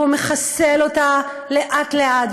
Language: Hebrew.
והוא מחסל אותה לאט-לאט,